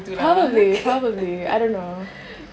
probably probably I don't know